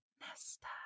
Nesta